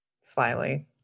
slyly